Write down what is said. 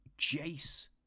Jace